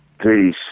Peace